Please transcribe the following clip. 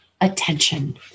attention